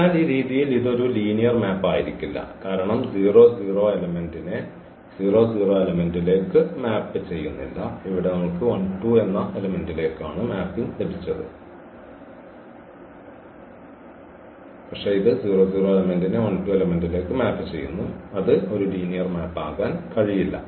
അതിനാൽ ഈ രീതിയിൽ ഇത് ഒരു ലീനിയർ മാപ്പ് ആയിരിക്കില്ല കാരണം ഇത് എലെമെന്റിനെ എലെമെന്റിലേക്ക് മാപ്പുചെയ്യുന്നില്ല പക്ഷേ ഇത് എലെമെന്റിനെ എലെമെന്റിലേക്ക് മാപ്പ് ചെയ്യുന്നു അത് ഒരു ലീനിയർ മാപ്പ് ആകാൻ കഴിയില്ല